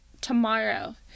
tomorrow